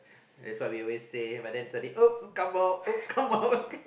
that's what we always say but then suddenly oops come out oops come out